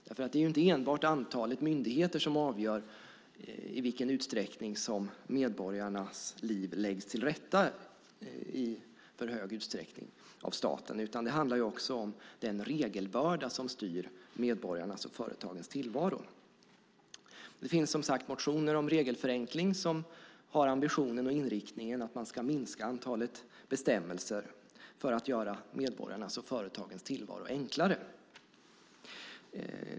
Det är inte enbart antalet myndigheter som avgör i vilken utsträckning som medborgarnas liv i för hög utsträckning läggs till rätta av staten, utan det handlar också om den regelbörda som styr medborgarnas och företagens tillvaro. Det finns som sagt motioner om regelförenkling som har ambitionen och inriktningen att man ska minska antalet bestämmelser för att göra medborgarnas och företagens tillvaro enklare.